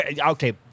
Okay